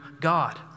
God